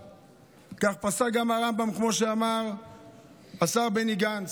כך פסק גם הרמב"ם, כמו שאמר השר בני גנץ.